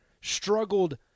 struggled